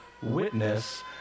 witness